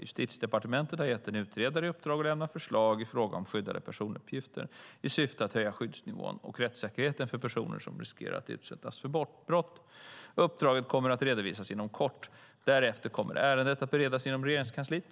Justitiedepartementet har gett en utredare i uppdrag att lämna förslag i fråga om skyddade personuppgifter i syfte att höja skyddsnivån och rättssäkerheten för personer som riskerar att utsättas för brott. Uppdraget kommer att redovisas inom kort. Därefter kommer ärendet att beredas inom Regeringskansliet.